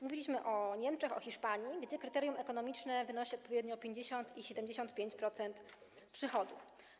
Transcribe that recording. Mówiliśmy o Niemczech, o Hiszpanii, gdzie kryterium ekonomiczne wynosi odpowiednio 50 i 75% przychodów.